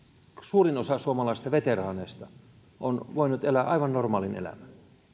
suurin osa suomalaisista veteraaneista on voinut elää aivan normaalin elämän